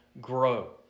grow